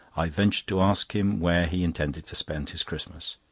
i ventured to ask him where he intended to spend his christmas.